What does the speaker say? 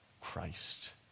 Christ